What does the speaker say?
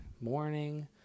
morning